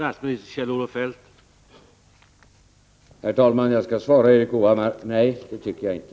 Herr talman! Jag skall svara Erik Hovhammar: Nej, det tycker jag inte.